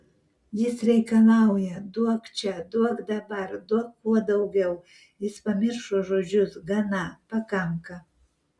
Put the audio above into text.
jis reikalauja duok čia duok dabar duok kuo daugiau jis pamiršo žodžius gana pakanka